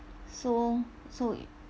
so so